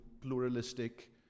pluralistic